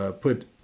put